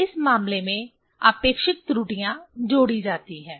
इस मामले में आपेक्षिक त्रुटियाँ जोड़ी जाती हैं